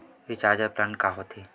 Recharge plan का होथे?